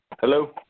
Hello